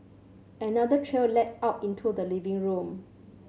another trail led out into the living room